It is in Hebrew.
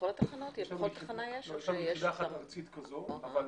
בכל התחנות?: יש לנו יחידה אחת ארצית כזאת.